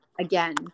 again